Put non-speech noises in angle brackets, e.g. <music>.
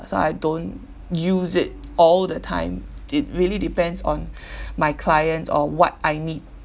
so I don't use it all the time it really depends on <breath> my clients or what I need